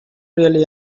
really